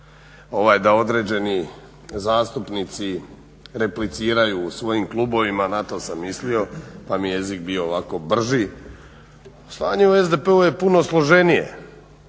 da određeni zastupnici repliciraju svojim klubovima na to sam mislio pa mi je jezik bio ovako brži. Stanje u SDp-u je puno složenije